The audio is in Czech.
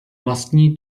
vlastní